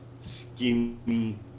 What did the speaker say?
skinny